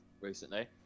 recently